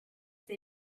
they